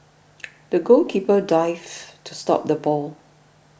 the goalkeeper dived to stop the ball